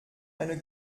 eine